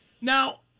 Now